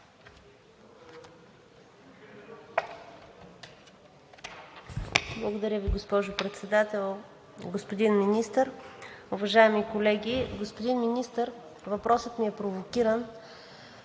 Благодаря Ви, госпожо Председател. Господин Министър, уважаеми колеги! Господин Министър, въпросът ми е провокиран